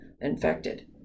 infected